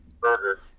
burger